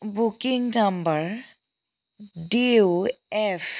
booking number D U F